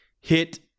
hit